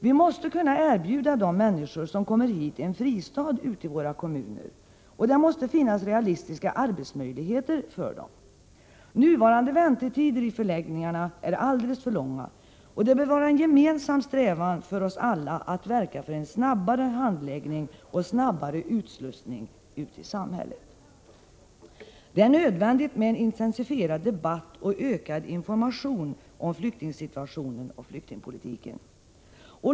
Vi måste kunna erbjuda de människor som kommer hit en fristad ute i våra kommuner, och det måste finnas realistiska arbetsmöjligheter för dem. Nuvarande väntetider i förläggningarna är alldeles för långa, och det bör vara en gemensam strävan för oss alla att verka för en snabbare handläggning och snabbare utslussning ut i samhället. Det är nödvändigt med en intensifierad debatt och ökad information om flyktingsituationen och flyktingpolitiken.